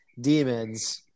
demons